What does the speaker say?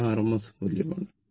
ഇത് rms മൂല്യമാണ്